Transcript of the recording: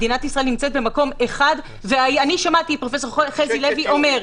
מדינת ישראל נמצאת במקום הראשון ואני שמעתי את פרופ' חזי לוי אומר,